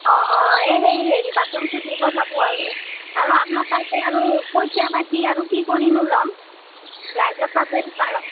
অঁ অঁ এই সেই হেৰি বাচনটো দি পঠাব আৰু আৰু আপনাৰ তাৰপে আৰু পইছা পাতি আৰু কি কৰিনো ল'ম ৰাইজৰ তাৰপে যদি বাৰ